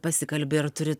pasikalbi ir turi